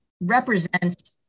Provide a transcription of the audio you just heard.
represents